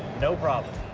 no problem.